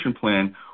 plan